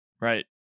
Right